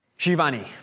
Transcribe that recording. Shivani